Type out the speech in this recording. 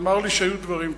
שאמר לי שהיו דברים כאלה,